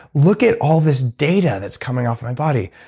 look at all this data that's coming off my body.